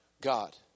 God